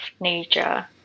nature